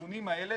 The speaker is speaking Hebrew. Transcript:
הארגונים האלה,